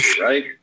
right